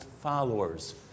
followers